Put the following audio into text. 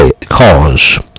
cause